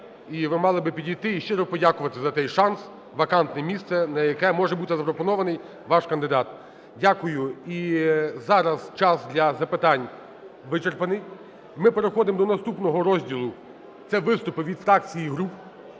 ви мали би підійти і щиро подякувати за той шанс – вакантне місце, на яке може бути запропонований ваш кандидат. Дякую. І зараз час для запитань вичерпаний. Ми переходимо до наступного розділу – це виступи від фракцій і груп.